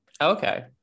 okay